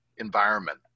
environment